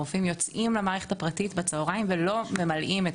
הרופאים יוצאים למערכת הפרטית בצוהריים ולא ממלאים את